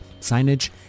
signage